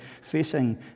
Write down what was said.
facing